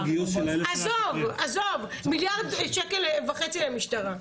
עזוב, עזוב, מיליארד וחצי שקלים למשטרה.